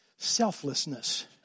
Selflessness